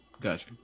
gotcha